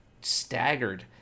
staggered